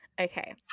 Okay